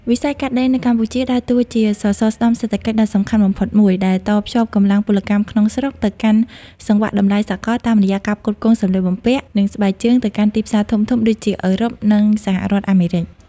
វិស័យកាត់ដេរនៅកម្ពុជាដើរតួជាសសរស្តម្ភសេដ្ឋកិច្ចដ៏សំខាន់បំផុតមួយ ដែលតភ្ជាប់កម្លាំងពលកម្មក្នុងស្រុកទៅកាន់សង្វាក់តម្លៃសកល តាមរយៈការផ្គត់ផ្គង់សម្លៀកបំពាក់ និងស្បែកជើងទៅកាន់ទីផ្សារធំៗដូចជាអឺរ៉ុប និងសហរដ្ឋអាមេរិក។